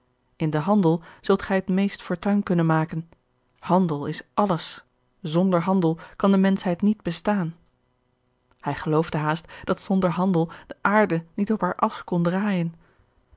in den handel zult gij het meest fortuin kunnen maken handel is alles zonder handel kan de menschheid niet bestaan hij geloofde haast dat zonder handel de aarde niet op hare as kon draaijen